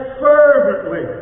fervently